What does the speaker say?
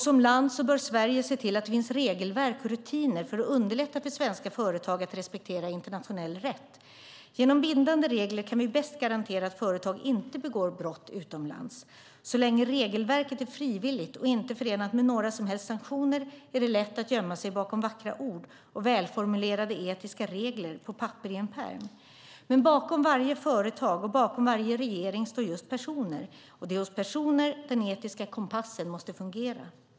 Som land bör Sverige se till att det finns regelverk och rutiner för att underlätta för svenska företag att respektera internationell rätt. Genom bindande regler kan vi bäst garantera att företag inte begår brott utomlands. Så länge regelverket är frivilligt och inte förenat med några som helst sanktioner är det lätt att gömma sig bakom vackra ord och välformulerade etiska regler på papper i en pärm. Men bakom varje företag och bakom varje regering står just personer - och det är hos personer den etiska kompassen måste fungera.